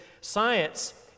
science